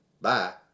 Bye